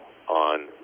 on